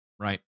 right